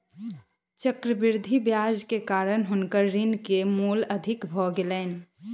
चक्रवृद्धि ब्याज के कारण हुनकर ऋण के मूल अधिक भ गेलैन